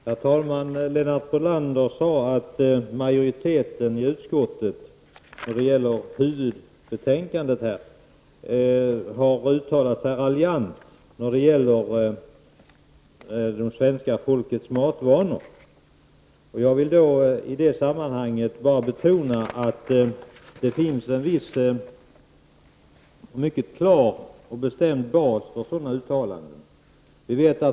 Herr talman! Lennart Brunander sade att majoriteten i utskottet har uttalat sig raljant om det svenska folkets matvanor. Låt mig i sammanhanget betona att det finns en mycket klar och bestämd bas för sådana uttalanden.